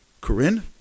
Corinne